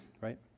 right